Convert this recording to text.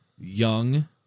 young